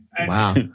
Wow